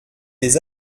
des